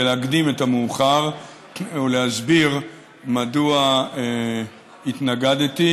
להקדים את המאוחר ולהסביר מדוע התנגדתי,